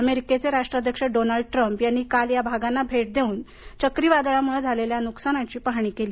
अमेरिकेचे राष्ट्राध्यक्ष Donald Trump यांनी काल या भागांना भेट देऊन या चक्रीवादळाम्ळं झालेल्या नुकसानाची पाहणी केली